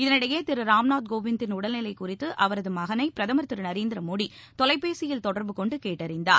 இதனிடையே திருராம்நாத் கோவிந்த்தின் உடல்நிலைகுறித்துஅவரதுமகனைபிரதமர் திருநரேந்திரமோடி தொலைபேசியில் தொடர்பு கொண்டுகேட்டறிந்தார்